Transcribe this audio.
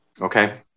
Okay